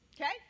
Okay